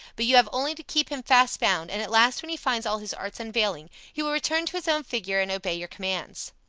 but you have only to keep him fast bound, and at last when he finds all his arts unavailing, he will return to his own figure and obey your commands.